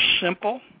simple